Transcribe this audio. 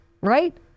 right